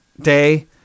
day